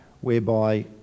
whereby